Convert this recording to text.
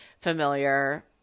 familiar